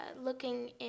looking